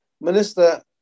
Minister